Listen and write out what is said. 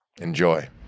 Enjoy